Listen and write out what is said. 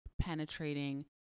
penetrating